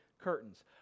curtains